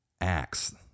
acts